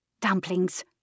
dumplings